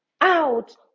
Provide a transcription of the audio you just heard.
out